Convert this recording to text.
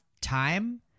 time